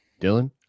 dylan